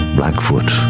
blackfoot,